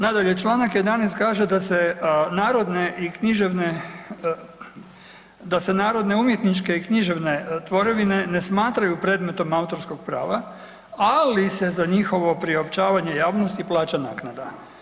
Nadalje, čl. 11. kaže da se narodne i književne, da se narodne, umjetničke i književne tvorevine ne smatraju predmetom autorskog prava, ali se za njihovo priopćavanje javnosti plaća naknada.